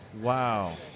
Wow